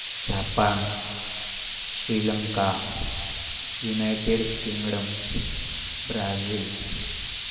Japan Sri Lanka United Kingdom Brazil